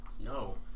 No